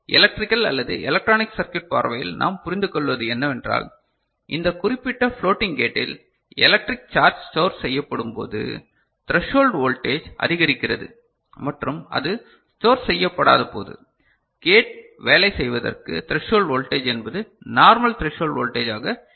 electrical அல்லது electronics circuit பார்வையில் நாம் புரிந்துகொள்வது என்னவென்றால் இந்த குறிப்பிட்ட ஃப்ளோட்டிங் கேட்டில் எலெக்ட்ரிக் சார்ஜ் ஸ்டோர் செய்யப்படும் போது த்ரசோல்டு வோல்டேஜ் அதிகரிக்கிறது மற்றும் அது ஸ்டோர் செய்யப்படாத போது கேட் வேலை செய்வதற்கு த்ரசோல்டு வோல்டேஜ் என்பது நார்மல் த்ரசோல்டு வோல்டேஜ் ஆக இருக்கும்